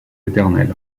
éternels